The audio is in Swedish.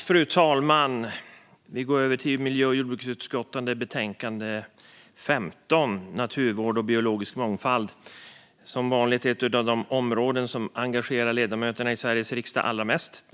Fru talman! Vi går nu över till miljö och jordbruksutskottets betänkande 15 om naturvård och biologisk mångfald, som vanligt ett av de områden som engagerar ledamöterna i Sveriges riksdag allra mest.